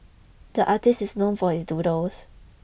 the artist is known for his doodles